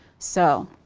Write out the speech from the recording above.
so,